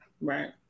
Right